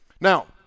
Now